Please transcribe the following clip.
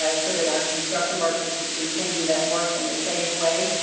um so that our construction workers could continue that work in a safe way.